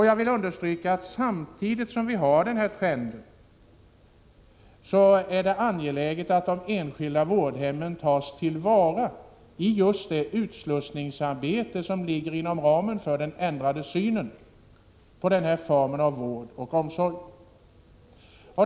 Jag vill understryka att det är angeläget att samtidigt som denna trend pågår ta till vara de enskilda vårdhemmen i just det utslussningsarbete som ligger inom ramen för den ändrade synen på denna form av vård och omsorg.